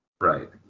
Right